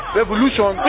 revolution